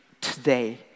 today